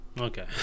Okay